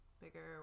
bigger